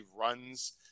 runs